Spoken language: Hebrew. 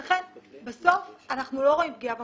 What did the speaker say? ולכן, בסוף, אנחנו לא רואים פגיעה במבוטחות.